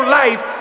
life